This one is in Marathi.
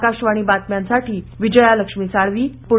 आकाशवाणी बातम्यांसाठी विजयालक्ष्मी साळवी पूणे